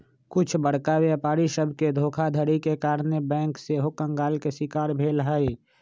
कुछ बरका व्यापारी सभके धोखाधड़ी के कारणे बैंक सेहो कंगाल के शिकार भेल हइ